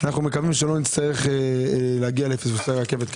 אנחנו מקווים שלא נצטרך להגיע לפספוסי רכבת כאלה.